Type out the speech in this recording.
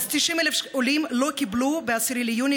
אז 90,000 עולים לא קיבלו ב-10 ביוני,